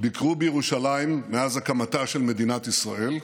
ביקרו בירושלים מאז הקמתה של מדינת ישראל,